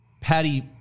Patty